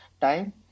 time